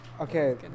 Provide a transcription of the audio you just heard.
okay